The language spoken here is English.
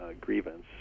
grievance